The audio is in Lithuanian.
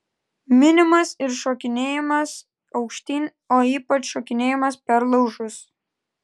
minimas ir šokinėjimas aukštyn o ypač šokinėjimas per laužus